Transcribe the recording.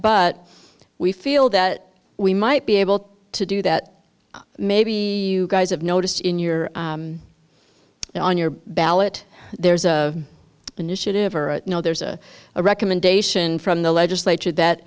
but we feel that we might be able to do that maybe you guys have noticed in your on your ballot there's a initiative or you know there's a recommendation from the legislature that